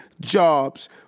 jobs